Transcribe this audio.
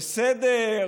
בסדר,